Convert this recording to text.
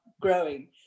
growing